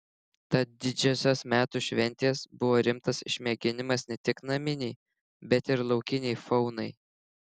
tad didžiosios metų šventės buvo rimtas išmėginimas ne tik naminei bet ir laukinei faunai